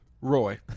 Roy